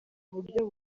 buryo